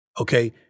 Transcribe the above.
okay